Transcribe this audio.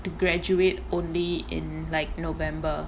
the graduate only in like november